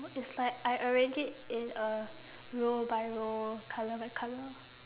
it's like I arrange it in a row by row colour by colour